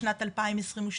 לשנת 2022,